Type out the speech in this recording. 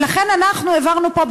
ולכן אנחנו העברנו פה,